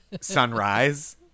sunrise